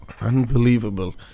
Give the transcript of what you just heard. Unbelievable